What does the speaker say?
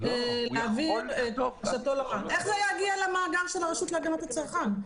--- איך זה יגיע למאגר של הרשות להגנת הצרכן?